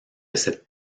cette